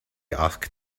asked